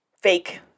fake